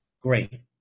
Great